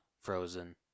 Frozen